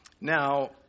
now